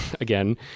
again